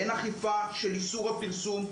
אין אכיפה של איסור הפרסום,